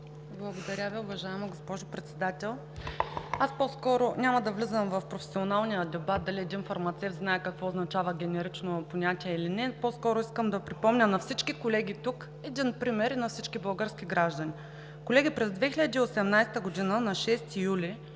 Благодаря Ви, уважаема госпожо Председател. Аз няма да влизам в професионалния дебат дали един фармацевт знае какво означава генерично понятие или не, по-скоро искам да припомня на всички колеги тук и на всички български граждани един пример. Колеги, през 2018 г. на 6 юли,